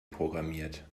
programmiert